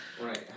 Right